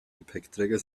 gepäckträger